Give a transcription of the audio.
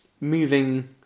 moving